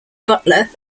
butler